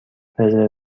رزرو